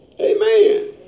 Amen